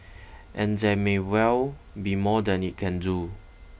and there may well be more that it can do